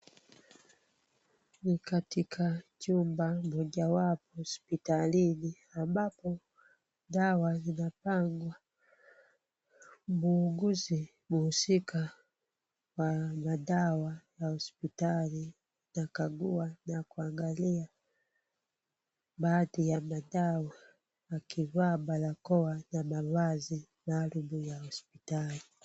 Ni katika chumba mojawapo hospitalini ambapo dawa zinapangwa. Muuguzi mhusika wa madawa za hospitali anakagua na kuangalia baadhi ya madawa akivaa barakoa na mavazi maalum ya hospitali.